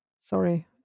sorry